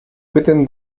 within